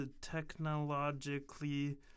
technologically